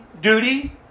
duty